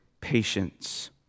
patience